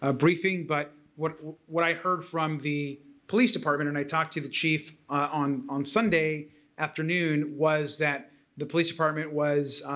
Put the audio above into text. ah briefing but what what i heard from the police department and i talked to the chief on on sunday afternoon, was that the police department was